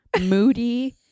moody